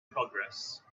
progress